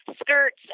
skirts